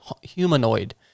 humanoid